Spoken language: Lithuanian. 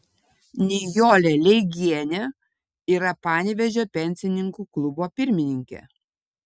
nijolė leigienė yra panevėžio pensininkų klubo pirmininkė